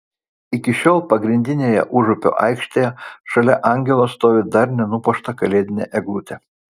iki šiol pagrindinėje užupio aikštėje šalia angelo stovi dar nenupuošta kalėdinė eglutė